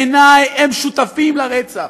בעיני הם שותפים לרצח,